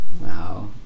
Wow